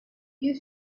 you